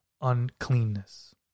uncleanness